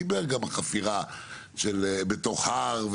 הוא דיבר גם על חפירה בתוך הר,